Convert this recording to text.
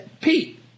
pete